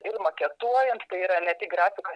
ir maketuojant tai yra ne tik grafika